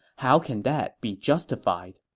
how can that be justified?